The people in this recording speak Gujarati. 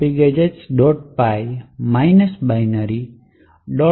py -binary